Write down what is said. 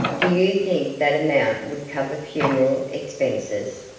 do you think that amount would cover funeral expenses?